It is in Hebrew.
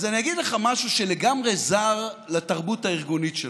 אז אני אגיד לך משהו שלגמרי זר לתרבות הארגונית שלך: